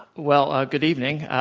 well, um good evening.